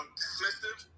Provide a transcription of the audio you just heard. dismissive